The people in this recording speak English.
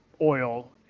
oil